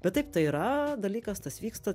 bet taip tai yra dalykas tas vyksta